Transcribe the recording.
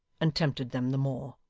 and tempted them the more.